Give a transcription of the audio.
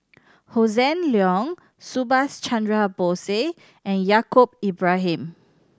Hossan Leong Subhas Chandra Bose and Yaacob Ibrahim